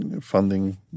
funding